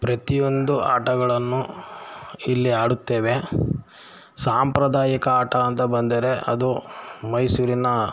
ಪ್ರತಿಯೊಂದು ಆಟಗಳನ್ನು ಇಲ್ಲಿ ಆಡುತ್ತೇವೆ ಸಾಂಪ್ರದಾಯಿಕ ಆಟ ಅಂತ ಬಂದರೆ ಅದು ಮೈಸೂರಿನ